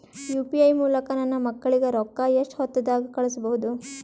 UPI ಮೂಲಕ ನನ್ನ ಮಕ್ಕಳಿಗ ರೊಕ್ಕ ಎಷ್ಟ ಹೊತ್ತದಾಗ ಕಳಸಬಹುದು?